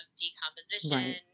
decomposition